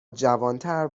جوانتر